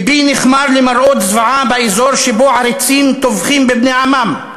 לבי נכמר למראות זוועה באזור שבו עריצים טובחים בבני עמם.